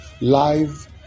live